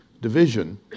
division